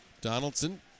Donaldson